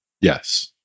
Yes